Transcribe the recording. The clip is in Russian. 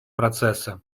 процессы